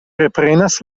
reprenas